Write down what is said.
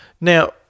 Now